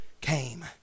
came